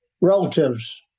relatives